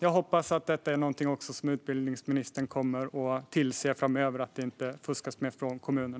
Jag hoppas att detta är någonting som utbildningsministern framöver kommer att tillse att kommunerna inte fuskar med.